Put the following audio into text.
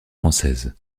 française